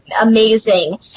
amazing